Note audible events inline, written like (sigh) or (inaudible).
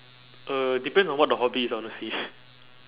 uh depends on what the hobby is honestly (laughs)